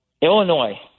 Illinois